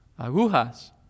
agujas